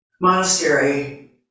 monastery